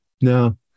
no